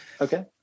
okay